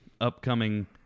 upcoming